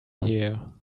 here